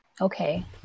Okay